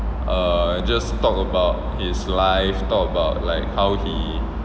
then err just talk about his life talk about like how he